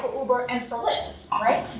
uber and for lyft, right?